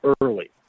early